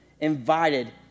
invited